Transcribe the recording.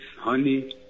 honey